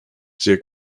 sehr